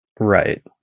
Right